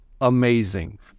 amazing